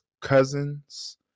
Cousins